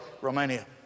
Romania